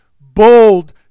bold